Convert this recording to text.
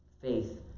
Faith